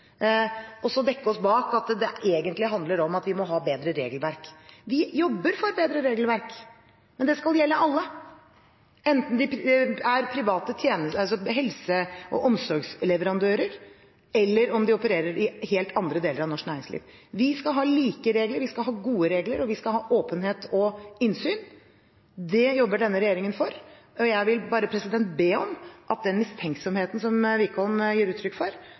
og så dekke oss bak at det egentlig handler om at vi må ha bedre regelverk. Vi jobber for bedre regelverk, men det skal gjelde alle, enten det er private helse- og omsorgsleverandører eller om de opererer i helt andre deler av norsk næringsliv. Vi skal ha like regler, vi skal ha gode regler, og vi skal ha åpenhet og innsyn. Det jobber denne regjeringen for, og jeg vil bare be om når det gjelder den mistenksomheten som Wickholm gir uttrykk for,